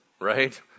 right